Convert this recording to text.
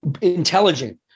Intelligent